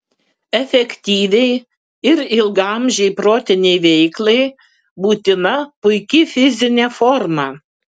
efektyviai ir ilgaamžei protinei veiklai būtina puiki fizinė forma